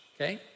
okay